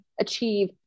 achieve